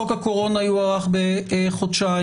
חוק הקורונה יוארך בחודשיים,